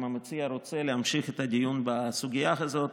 אם המציע רוצה להמשיך את הדיון בסוגיה הזאת,